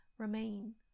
Remain